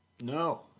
No